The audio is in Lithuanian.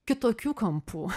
kitokių kampų